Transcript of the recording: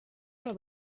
babo